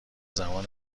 زمان